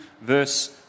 verse